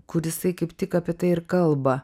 kur jisai kaip tik apie tai ir kalba